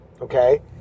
Okay